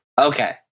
Okay